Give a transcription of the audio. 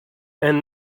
and